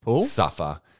suffer